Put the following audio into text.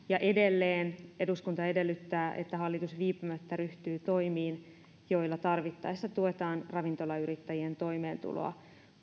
ja edelleen eduskunta edellyttää että hallitus viipymättä ryhtyy toimiin joilla tarvittaessa tuetaan ravintolayrittäjien toimeentuloa